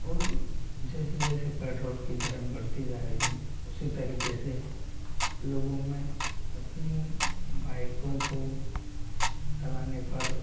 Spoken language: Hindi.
और जैसे जैसे पेट्रोल की दरें बढ़ती जा रही हैं उसी तरीके से लोगों में अपनी बाइकों को चलाने पर